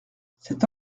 cette